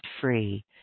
free